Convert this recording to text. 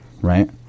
right